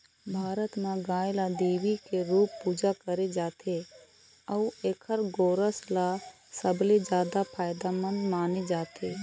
भारत म गाय ल देवी के रूप पूजा करे जाथे अउ एखर गोरस ल सबले जादा फायदामंद माने जाथे